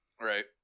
Right